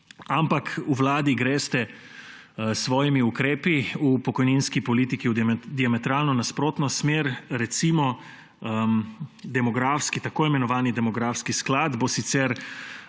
Ampak v Vladi greste s svojimi ukrepi v pokojninski politiki diametralno nasprotno smer. Recimo, tako imenovani demografski sklad bo sicer